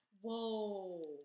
Whoa